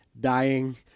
dying